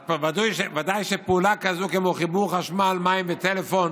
אז ודאי שפעולה כזו כמו חיבור חשמל, מים וטלפון,